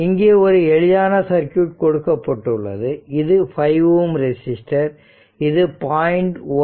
இங்கே ஒரு எளிதான சர்க்யூட் கொடுக்கப்பட்டுள்ளது இது 5Ω ரெசிஸ்டர் இது 0